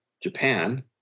japan